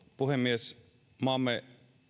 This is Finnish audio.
puhemies maamme